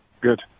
Good